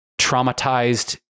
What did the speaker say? traumatized